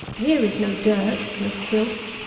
here is no dirt, no filth,